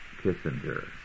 Kissinger